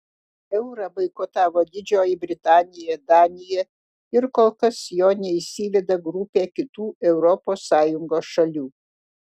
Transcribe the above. eurą boikotavo didžioji britanija danija ir kol kas jo neįsiveda grupė kitų europos sąjungos šalių